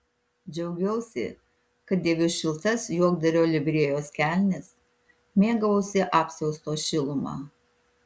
džiaugiausi kad dėviu šiltas juokdario livrėjos kelnes mėgavausi apsiausto šiluma